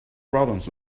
problems